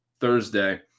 Thursday